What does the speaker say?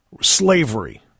slavery